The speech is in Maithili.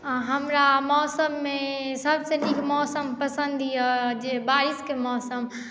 हमरा मौसममे सभसँ नीक मौसम पसन्द यए जे बारिशके मौसम